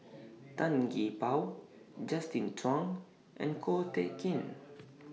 Tan Gee Paw Justin Zhuang and Ko Teck Kin